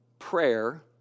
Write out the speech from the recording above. prayer